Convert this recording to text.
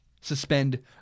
suspend